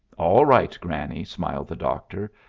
all right, granny, smiled the doctor.